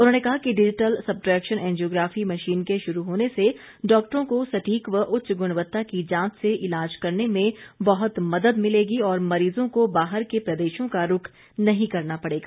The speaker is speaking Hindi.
उन्होंने कहा कि डिजीटल सबट्रेक्शन एंजियोग्राफी मशीन के शुरू होने से डॉक्टरों को सटीक व उच्च गुणवत्ता की जांच से ईलाज करने में बहुत मदद मिलेगी और मरीजों को बाहर के प्रदेशों का रुख नहीं करना पड़ेगा